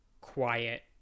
quiet